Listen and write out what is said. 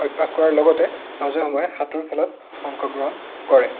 অভ্যাস কৰাৰ লগতে মাজে সময়ে সাঁতোৰ খেলত অংশগ্ৰহণ কৰে